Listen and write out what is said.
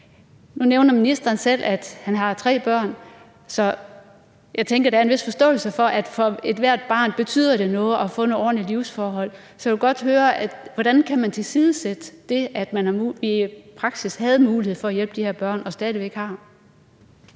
Nu nævner ministeren selv, at han har tre børn, så jeg tænker, at der er en vis forståelse for, at for ethvert barn betyder det noget at få nogle ordentlige livsforhold. Så jeg kunne godt tænke mig at høre, hvordan man kan tilsidesætte det, at man i praksis havde mulighed for at hjælpe de her børn og stadig væk har